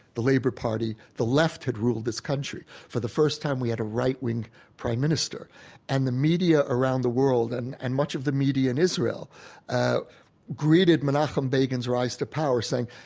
the labor party. the left had ruled this country. for the first time, we had a right-wing prime minister and the media around the world and and much of the media in israeli ah greeted menachem begin's rise to power saying,